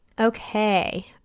Okay